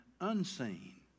unseen